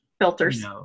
filters